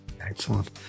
Excellent